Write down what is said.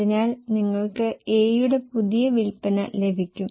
അതിനാൽ നിങ്ങൾക്ക് A യുടെ പുതിയ വിൽപ്പന ലഭിക്കും